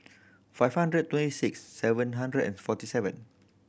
five hundred twenty six seven hundred and forty seven